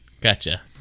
Gotcha